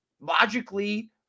logically